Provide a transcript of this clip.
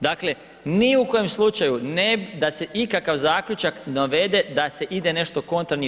Dakle, ni u kojem slučaju ne, da se ikakav zaključak navede da se ide nešto kontra njih.